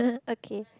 okay